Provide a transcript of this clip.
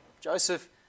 Joseph